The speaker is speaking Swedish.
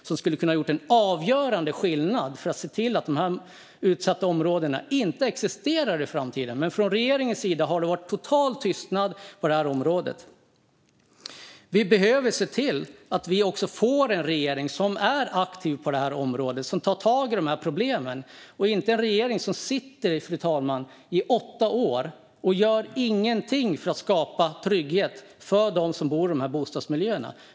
Här hade vi kunnat göra en avgörande skillnad för att se till att dessa utsatta områden inte ska existera i framtiden. Men från regeringens sida har det varit total tystnad. Vi behöver en regering som är aktiv på det här området och tar tag i problemen - inte en regering som sitter i åtta år utan att göra någonting för att skapa trygghet för dem som bor i dessa miljöer.